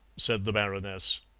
said the baroness.